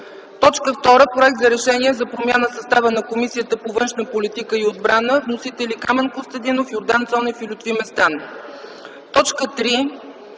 Местан. 2. Проект за Решение за промяна състава на Комисията по външна политика и отбрана. Вносители – Камен Костадинов, Йордан Цонев и Лютви Местан. 3.